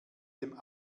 dem